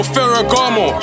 Ferragamo